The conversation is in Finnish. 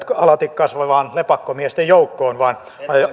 alati kasvavaan lepakkomiesten joukkoon vaan